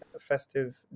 festive